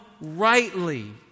rightly